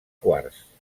quarts